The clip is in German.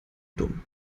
dumm